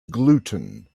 gluten